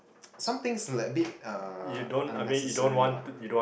somethings like a bit uh unnecessary lah